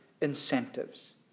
incentives